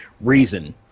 reason